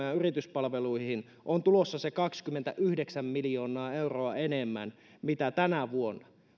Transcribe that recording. ja yrityspalveluihin on tulossa se kaksikymmentäyhdeksän miljoonaa euroa enemmän kuin tänä vuonna